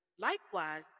Likewise